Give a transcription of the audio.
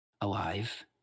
alive